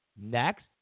Next